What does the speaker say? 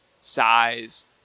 size